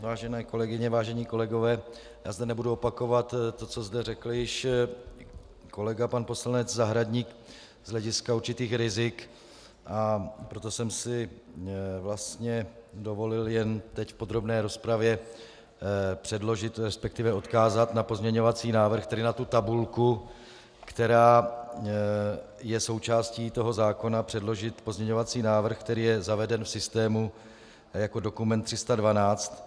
Vážené kolegyně, vážení kolegové, nebudu zde opakovat to, co zde řekl již kolega pan poslanec Zahradník z hlediska určitých rizik, a proto jsem si vlastně dovolil jen teď v podrobné rozpravě předložit, resp. odkázat na pozměňovací návrh, tedy na tabulku, která je součástí zákona, předložit pozměňovací návrh, který je zaveden v systému jako dokument 312.